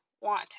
want